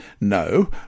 No